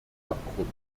abgrund